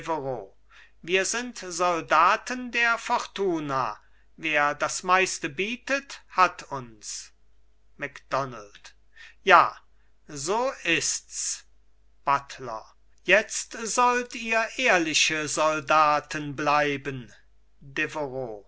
wir sind soldaten der fortuna wer das meiste bietet hat uns macdonald ja so ists buttler jetzt sollt ihr ehrliche soldaten bleiben